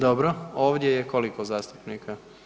Dobro, ovdje je koliko zastupnika?